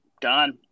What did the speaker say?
Done